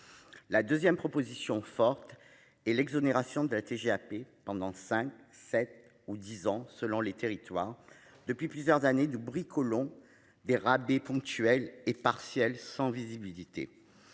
La 2ème proposition forte et l'exonération de la TGAP pendant 5 7 ou 10 ans selon les territoires. Depuis plusieurs années, du bricole on des rabais ponctuelles et partielles sans visibilité.